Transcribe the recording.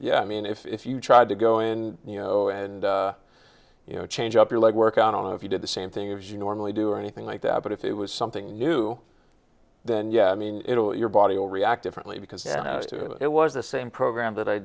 yeah i mean if if you tried to go in you know and you know change up your leg work i don't know if you did the same thing as you normally do or anything like that but if it was something new then yeah i mean your body will react differently because it was the same program that i